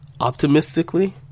optimistically